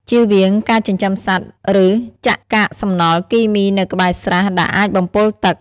ជៀសវាងការចិញ្ចឹមសត្វ ឬចាក់កាកសំណល់គីមីនៅក្បែរស្រះដែលអាចបំពុលទឹក។